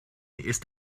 ist